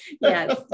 yes